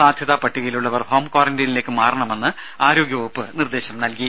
സാധ്യതാ പട്ടികയിലുള്ളവർ ഹോം ക്വാറന്റീനിലേക്ക് മാറണമെന്ന് ആരോഗ്യവകുപ്പ് നിർദേശം നൽകി